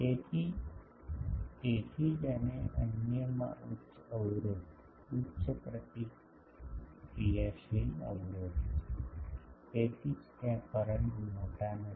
તેથી તેથી જ અને અન્યમાં ઉચ્ચ અવરોધ ઉચ્ચ પ્રતિક્રિયાશીલ અવરોધ છે તેથી જ ત્યાં કરંટ મોટા નથી